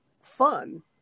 fun